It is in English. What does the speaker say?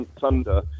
thunder